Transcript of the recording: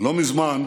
לא מזמן,